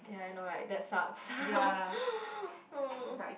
ya I know right that sucks